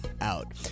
out